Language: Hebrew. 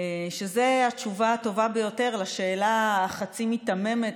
זאת התשובה הטובה ביותר לשאלה החצי-מיתממת,